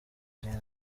irindi